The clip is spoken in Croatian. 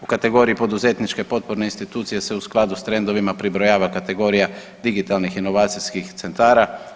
U kategoriji poduzetničke potporne institucije se u skladu s trendovima pribrojava kategorija digitalnih inovacijskih centara.